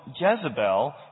Jezebel